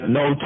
no